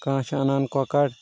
کانٛہہ چھُ انان کۄکر